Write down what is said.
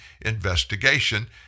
investigation